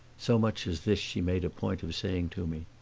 so much as this she made a point of saying to me.